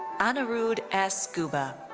anirudh s. gubba.